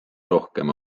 rohkem